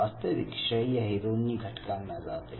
वास्तविक श्रेय हे दोन्ही घटकांना जाते